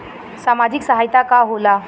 सामाजिक सहायता का होला?